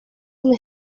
una